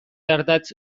ardatz